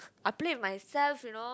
I play with myself you know